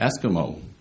Eskimo